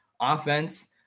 offense